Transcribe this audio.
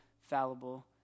fallible